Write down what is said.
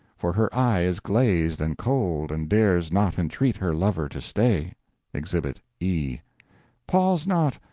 for her eye is glazed and cold and dares not entreat her lover to stay exhibit e pause not!